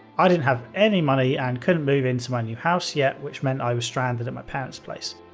i didn't have any money and couldn't move into my new house yet which meant i was stranded at my parent's place.